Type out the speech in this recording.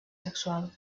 sexual